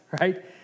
right